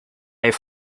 have